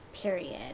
period